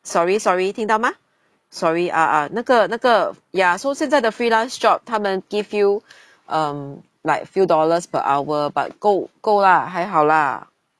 sorry sorry 听到吗 sorry ah ah 那个那个 ya so 现在的 freelance job 他们 give you um like few dollars per hour but 够够 lah 还好啦